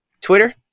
Twitter